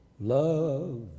Love